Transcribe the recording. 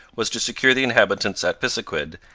was to secure the inhabitants of pisiquid,